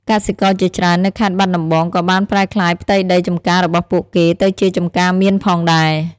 កសិករជាច្រើននៅខេត្តបាត់ដំបងក៏បានប្រែក្លាយផ្ទៃដីចម្ការរបស់ពួកគេទៅជាចម្ការមៀនផងដែរ។